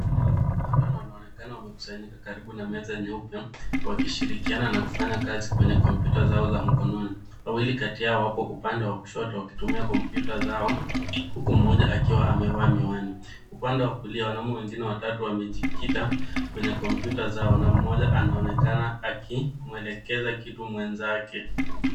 Kundi la wanaume watano wanaonekana wamekusanyika karibu na meza nyeupe, wakishirikiana na kufanya kazi kwenye kompyuta zao za mkononi. Wawili kati yao wapo upande wa kushoto wakitumia kompyuta zao, huku mmoja akiwa amevaa miwani. Upande wa kulia wanaume wengine watatu wamejikita kwenye kompyuta zao na mmoja anaonekana akimwelekeza kitu mwenzake.